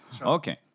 Okay